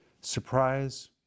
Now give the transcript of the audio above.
surprise